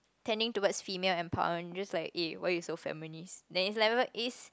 tending towards female empowerment like eh why you so feminist it's like wherever is